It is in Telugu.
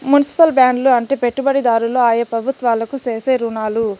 మునిసిపల్ బాండ్లు అంటే పెట్టుబడిదారులు ఆయా ప్రభుత్వాలకు చేసే రుణాలు